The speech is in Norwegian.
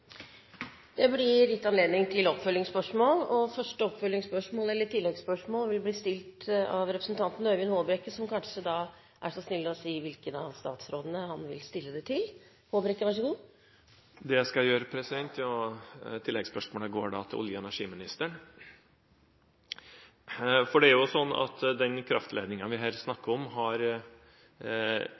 Det blir gitt anledning til oppfølgingsspørsmål – først representanten Øyvind Håbrekke, som kanskje er så snill å si hvilken av statsrådene han vil stille oppfølgingsspørsmål til. Det skal jeg gjøre. Oppfølgingsspørsmålet går til olje- og energiministeren. Det er sånn at den kraftledningen vi her snakker om, har